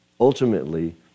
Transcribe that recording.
Ultimately